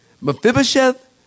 Mephibosheth